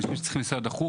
אנשים שצריכים לנסוע דחוף